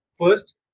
First